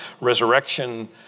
resurrection